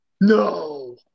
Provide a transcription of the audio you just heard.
No